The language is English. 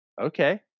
Okay